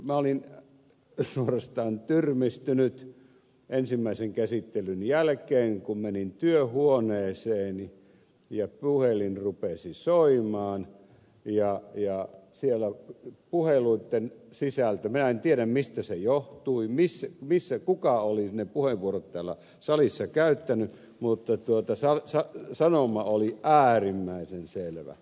minä olin suorastaan tyrmistynyt ensimmäisen käsittelyn jälkeen kun menin työhuoneeseeni ja puhelin rupesi soimaan ja siellä puheluitten sisältö minä en tiedä mistä se johtui kuka oli ne puheenvuorot täällä salissa käyttänyt ja sanoma oli äärimmäisen selvä